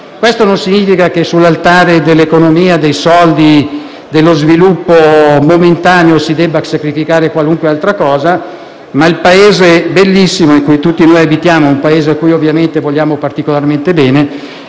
Questo non significa che sull'altare dell'economia, dei soldi e dello sviluppo momentaneo si debba sacrificare qualunque altra cosa. Il Paese bellissimo in cui tutti noi abitiamo, infatti, è un Paese cui ovviamente vogliamo particolarmente bene